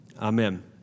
Amen